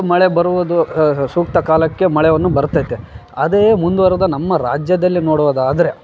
ಮಳೆ ಬರುವುದು ಸೂಕ್ತ ಕಾಲಕ್ಕೆ ಮಳೆಯನ್ನು ಬರುತೈತೆ ಅದೇ ಮುಂದುವರೆದ ನಮ್ಮ ರಾಜ್ಯದಲ್ಲಿ ನೋಡೋದಾದರೆ